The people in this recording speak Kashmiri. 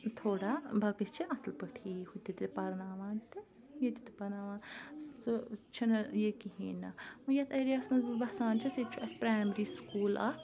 تھوڑا باقٕے چھِ اَصٕل پٲٹھی ہُہ تہِ تہِ پرناوان تہٕ ییٚتہِ تہِ پرناوان سُہ چھُنہٕ یہِ کِہیٖنۍ نہٕ وۄنۍ یَتھ ایریا ہَس منٛز بہٕ بسان چھَس ییٚتہِ چھُ اَسہِ پرٛایمری سکوٗل اَکھ